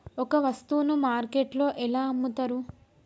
ఒక వస్తువును మార్కెట్లో ఎలా అమ్ముతరు?